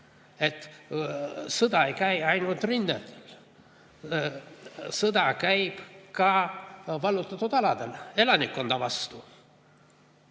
Sõda ei käi ainult rinnetel. Sõda käib ka vallutatud aladel elanikkonna vastu.